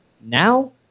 Now